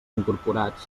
incorporats